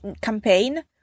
campaign